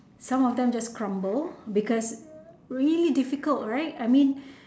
some of them just crumble because just really difficult right I mean